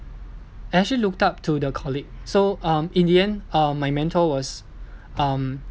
I actually looked up to the colleague so um in the end uh my mentor was um